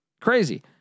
Crazy